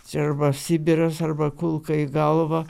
čia arba sibiras arba kulka į galvą